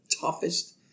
toughest